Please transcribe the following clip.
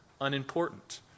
unimportant